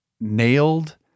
nailed